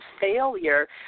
failure